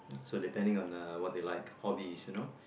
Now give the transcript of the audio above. so depending on uh what they like hobbies you know